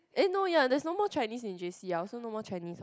eh no ya there's no more Chinese in J_C I also no more Chinese hor